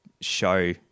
show